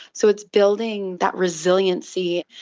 so it's building that resiliency.